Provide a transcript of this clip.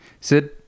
sid